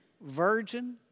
virgin